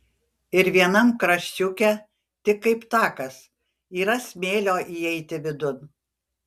ir vienam kraščiuke tik kaip takas yra smėlio įeiti vidun